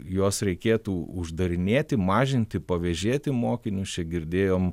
juos reikėtų uždarinėti mažinti pavėžėti mokinius čia girdėjom